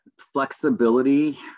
flexibility